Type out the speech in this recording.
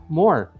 more